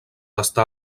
està